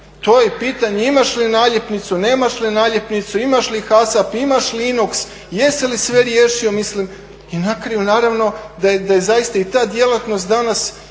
to je pitanje imaš li naljepnicu, nemaš li naljepnicu, imaš …, imaš li …, jesi li sve riješio, mislim, i na kraju naravno da je zaista i ta djelatnost danas